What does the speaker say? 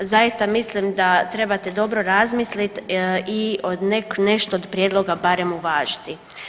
Zaista mislim da trebate dobro razmislit i nešto od prijedloga barem uvažiti.